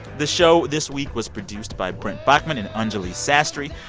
the show this week was produced by brent baughman and anjuli sastry.